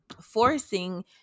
forcing